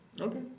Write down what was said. Okay